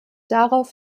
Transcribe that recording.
darauf